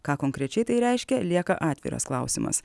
ką konkrečiai tai reiškia lieka atviras klausimas